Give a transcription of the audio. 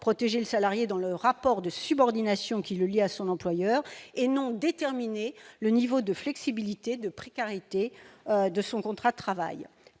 protéger le salarié dans le cadre du rapport de subordination qui le lie à son employeur, et non déterminer le niveau de flexibilité et de précarité de son contrat de travail.